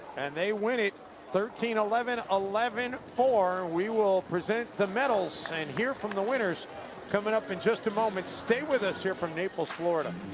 and they win it thirteen eleven eleven four. we will present the medals and hear from the winners coming up in just a moment. stay with us here from naples, florida.